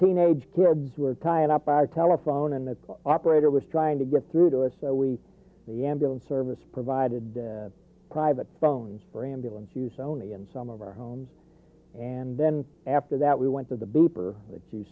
teenage kids were tying up our telephone and the operator was trying to get through to us so we the ambulance service provided private phones for ambulance use only in some of our homes and then after that we went to the beeper that you